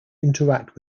interact